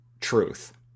truth